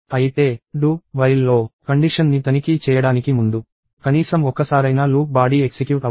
అయితే do while లో condition ని తనిఖీ చేయడానికి ముందు కనీసం ఒక్కసారైనా లూప్ బాడీ ఎక్సిక్యూట్ అవుతుంది